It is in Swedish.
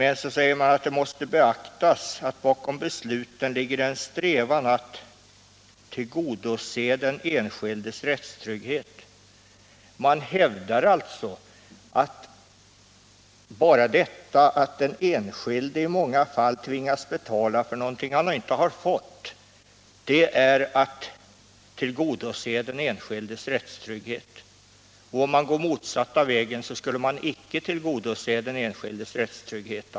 Emellertid måste beaktas att bakom besluten ligger en strävan att åstadkomma så ändamålsenliga och likformiga principer som möjligt samt att tillgodose den enskildes rättstrygghet.” Om man går den motsatta vägen, skulle man alltså icke tillgodose den enskildes rättstrygghet.